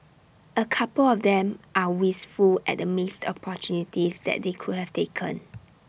A couple of them are wistful at the missed opportunities that they could have taken